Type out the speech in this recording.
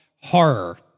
horror